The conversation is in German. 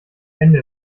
ende